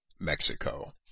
Mexico